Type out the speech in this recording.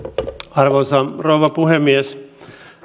arvoisa rouva puhemies